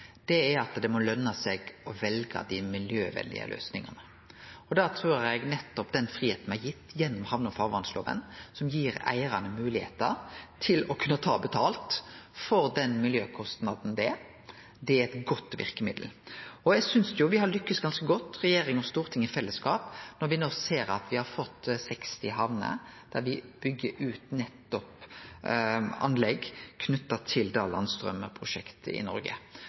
er at det må løne seg å velje dei miljøvenlege løysingane. Da trur eg at nettopp den fridomen som er gitt gjennom hamne- og farvatnlova, som gir eigarane moglegheiter til å kunne ta betalt for den miljøkostnaden det er, er eit godt verkemiddel. Eg synest me har lykkast ganske godt, regjering og storting i fellesskap, når me no ser at me har fått 60 hamner der dei byggjer ut anlegg knytte til landstraumprosjekt i Noreg.